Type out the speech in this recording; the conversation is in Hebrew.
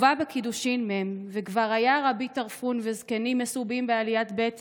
מובא בקידושין מ': "וכבר היה רבי טרפון וזקנים מסובים בעליית בית